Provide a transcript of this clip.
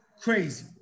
Crazy